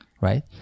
right